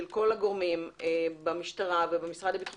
של כל גורמי המקצוע במשטרה ובמשרד לביטחון